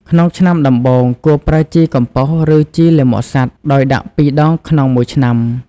ក្នុងឆ្នាំដំបូង គួរប្រើជីកំប៉ុស្តិ៍ ឬជីលាមកសត្វ ដោយដាក់ ២ ដងក្នុងមួយឆ្នាំ។